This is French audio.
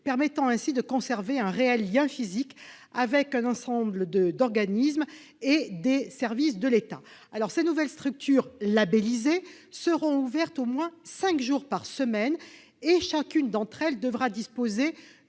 périurbaines, afin de conserver un lien physique avec un certain nombre d'organismes et de services de l'État. Ces nouvelles structures labellisées seront ouvertes au moins cinq jours par semaine et chacune d'entre elles devra disposer